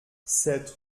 sept